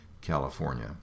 California